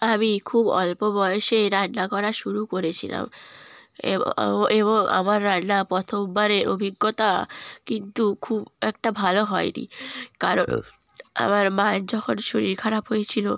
আমি খুব অল্প বয়সে রান্না করা শুরু করেছিলাম এবং আমার রান্না প্রথমবারের অভিজ্ঞতা কিন্তু খুব একটা ভালো হয়নি কারণ আমার মায়ের যখন শরীর খারাপ হয়েছিলো